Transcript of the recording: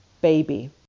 baby